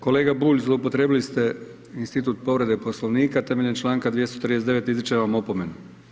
Kolega Bulj zloupotrijebili ste institut povrede Poslovnika, temeljem članka 239. izričem vam opomenu.